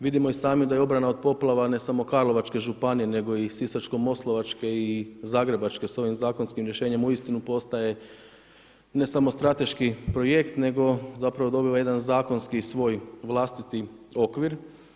Vidimo i sami da je obrana od poplava, ne samo karlovačke županije, nego i sisačko moslavačke i zagrebačke s ovim zakonskim rješenjem uistinu postaje ne samo strateški projekt, nego, zapravo, dobiva jedan zakonski, svoj vlastiti okvir.